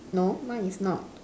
no mine is not